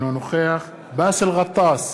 אינו נוכח באסל גטאס,